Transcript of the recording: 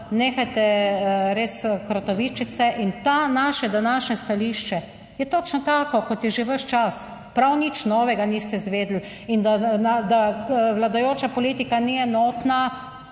nehajte res krotovičitice. In to naše današnje stališče je točno tako kot je že ves čas, prav nič novega niste izvedeli. In da vladajoča politika ni enotna,